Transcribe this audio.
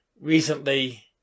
recently